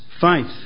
faith